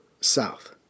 south